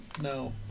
No